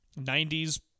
90s